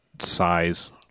size